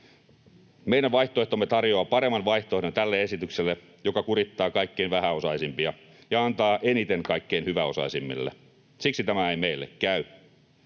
Meidän vaihtoehtomme tarjoaa paremman vaihtoehdon tälle esitykselle, joka kurittaa kaikkein vähäosaisimpia ja antaa eniten kaikkein hyväosaisimmille. Siksi tämä ei meille käy.